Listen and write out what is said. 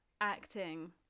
acting